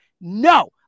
no